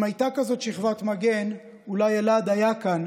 אם הייתה כזאת שכבת מגן, אולי אלעד היה כאן.